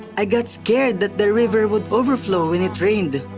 i got scared that the river would overflow when it rained.